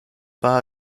pas